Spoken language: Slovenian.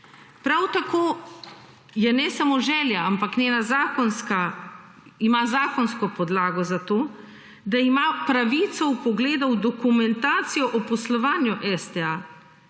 Prav tako je ne samo želja, ampak njena, ima zakonsko podlago za to, da ima pravico vpogleda v dokumentacijo o poslovanju STA.